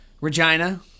Regina